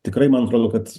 tikrai man atrodo kad